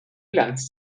bilanz